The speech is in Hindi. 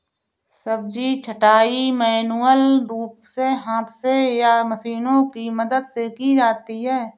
सब्जी छँटाई मैन्युअल रूप से हाथ से या मशीनों की मदद से की जाती है